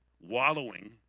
wallowing